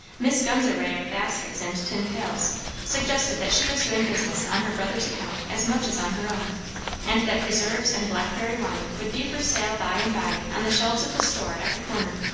miss gunn's array of baskets and tin pails suggested that she was doing business on her brother's account as much as on her own and that preserves and blackberry wine would be for sale by and by on the shelves of the store at the corner.